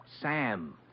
Sam